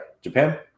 Japan